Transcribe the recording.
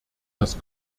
das